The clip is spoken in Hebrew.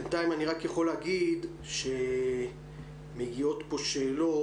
בינתיים אני רק יכול להגיד שמגיעות פה שאלות